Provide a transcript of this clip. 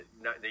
no